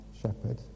shepherd